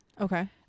Okay